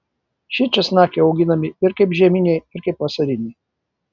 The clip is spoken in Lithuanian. šie česnakai auginami ir kaip žieminiai ir kaip vasariniai